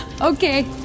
Okay